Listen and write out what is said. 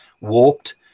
warped